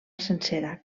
sencera